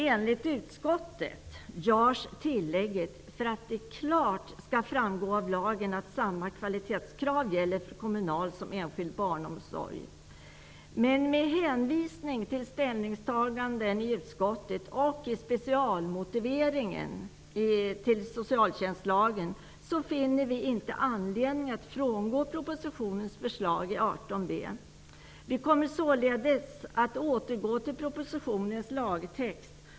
Enligt utskottet görs tillägget för att det klart skall framgå av lagen att samma kvalitetskrav gäller för kommunal och enskild barnomsorg. Med hänvisning till ställningstaganden i utskottet och i specialmotiveringen till socialtjänstlagen finner vi inte anledning att frångå propositionens förslag i 18 §. Vi kommer således att återgå till propositionens lagtext.